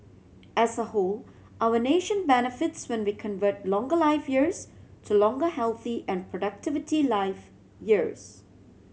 as a whole our nation benefits when we convert longer life years to longer healthy and productivity life years